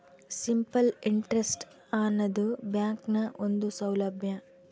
simple interest ಆನದು ಬ್ಯಾಂಕ್ನ ಒಂದು ಸೌಲಬ್ಯಾ